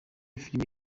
filime